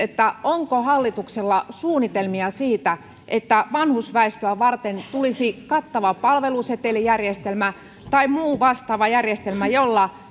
onko hallituksella suunnitelmia siitä että vanhusväestöä varten tulisi kattava palvelusetelijärjestelmä tai muu vastaava järjestelmä jolla